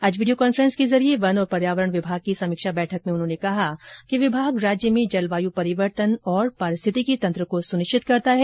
आज video conference के जरिए वन और पर्यावरण विभाग की समीक्षा बैठक में उन्होंने कहा कि विभाग राज्य में जलवायु परिवर्तन और पारिस्थितिकी तंत्र को सुनिश्चित करता है